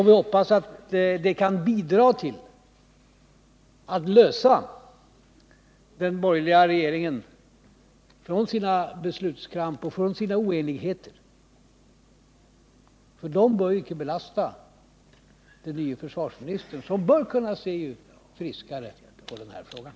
Vi hoppas att det skall bidra till att lösa den borgerliga regeringen från dess beslutskramp och dess oenigheter. De skall icke belasta den nye försvarsministern, som bör kunna se friskare på den här frågan.